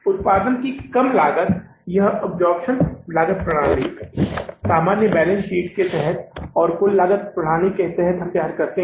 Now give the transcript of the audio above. उत्पादन की कम लागत यह अब्जॉर्प्शन लागत प्रणाली सामान्य बैलेंस शीट के तहत और कुल लागत प्रणाली के तहत है हम तैयार करते हैं